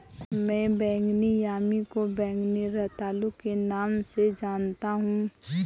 मैं बैंगनी यामी को बैंगनी रतालू के नाम से जानता हूं